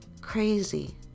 crazy